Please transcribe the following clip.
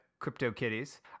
CryptoKitties